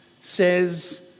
says